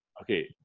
Okay